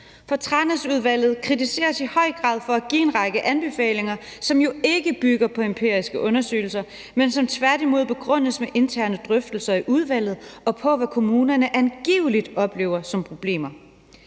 For Tranæsudvalget kritiseres i høj grad for at give en række anbefalinger, som jo ikke bygger på empiriske undersøgelser, men som tværtimod begrundes med interne drøftelser i udvalget og med, hvad kommunerne angiveligt oplever som problemer.